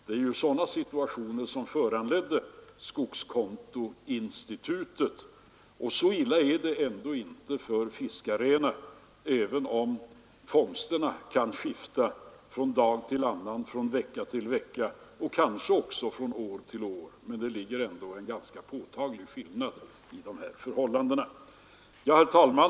Det var sådana situationer som föranledde skogskontoinstitutet, och så illa är det ändå inte för fiskarna även om fångsterna kan skifta från dag till dag, från vecka till vecka och kanske också från år till år. Men det är ändå en påtaglig skillnad mellan de här förhållandena. Herr talman!